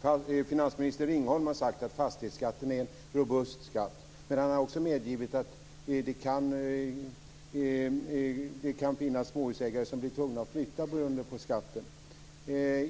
Fru talman! Finansminister Ringholm har sagt att fastighetsskatten är en robust skatt. Men han har också medgett att det kan finnas småhusägare som blir tvungna att flytta på grund av skatten.